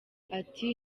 ati